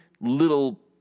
little